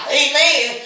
amen